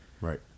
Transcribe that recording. Right